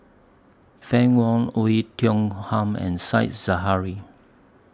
Fann Wong Oei Tiong Ham and Said Zahari